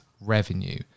revenue